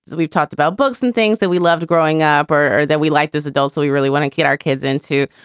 we've talked about books and things that we loved growing up or that we liked as adults. so we really want to keep our kids into.